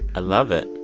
i love it.